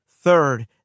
Third